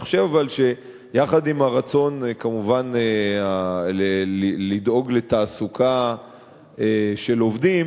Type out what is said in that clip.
אבל אני חושב שיחד עם הרצון כמובן לדאוג לתעסוקה של עובדים,